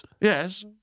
Yes